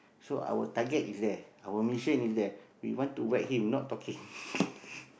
so our target is there our mission is there we want to whack him not talking